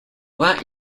that